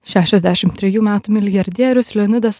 šešiasdešim trejų metų milijardierius leonidas